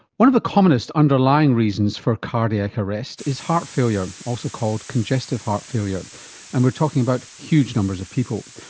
one of the commonest underlying reasons for cardiac arrest is heart failure, also called congestive heart failure and we're talking about huge numbers of people.